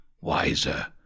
wiser